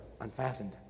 unfastened